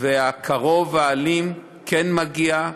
והקרוב האלים כן מגיע,